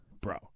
bro